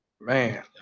Man